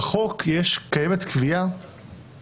בחוק קיימת קביעה